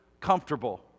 comfortable